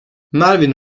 merwin